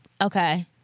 Okay